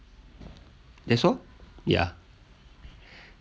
that's all ya